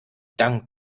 dank